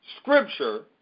scripture